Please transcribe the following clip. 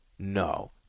No